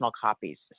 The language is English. copies